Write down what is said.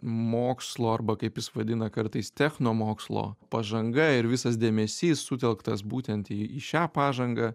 mokslo arba kaip jis vadina kartais technomokslo pažanga ir visas dėmesys sutelktas būtent į į šią pažangą